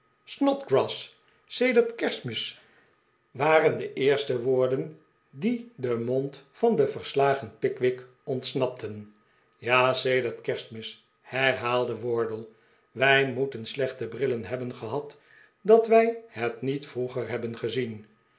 snodgrass sedert kerstmis waren de eerste wporden die den mond van den verslagen pickwick ontsnapten ja sedert kerstmis herhaalde wardle wij moeten slechte brillen hebben gehad dat wij het niet vroeger hebben gezien